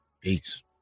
Peace